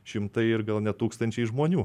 šimtai ir gal net tūkstančiai žmonių